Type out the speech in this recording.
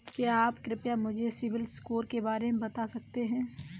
क्या आप कृपया मुझे सिबिल स्कोर के बारे में बता सकते हैं?